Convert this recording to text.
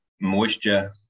moisture